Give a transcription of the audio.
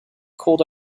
called